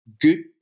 good